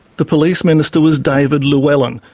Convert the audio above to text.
the police minister was david llewellyn,